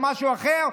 או משהו אחר.